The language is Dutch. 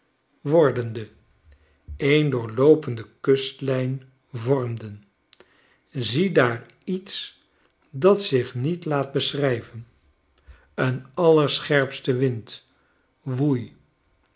wordende een doorloopende kustlijn vormden ziedaar iets dat zich niet laat beschrijven een allerscherpste wind woei